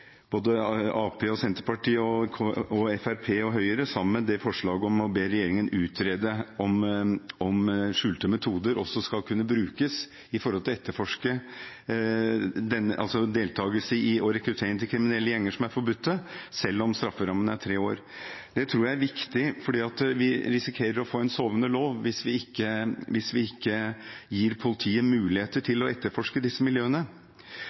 Senterpartiet, Fremskrittspartiet og Høyre sammen forslag om å be regjeringen utrede om skjulte metoder skal kunne brukes når det gjelder å etterforske deltakelse i og rekruttering til kriminelle gjenger som er forbudte, selv om strafferammen er tre år. Det tror jeg er viktig, for vi risikerer å få en sovende lov hvis vi ikke gir politiet muligheter til å etterforske disse miljøene.